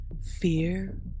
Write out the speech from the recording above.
fear